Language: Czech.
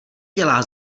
dělá